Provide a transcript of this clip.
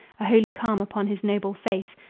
a holy calm upon his noble face,